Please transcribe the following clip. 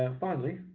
um finally,